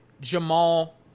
Jamal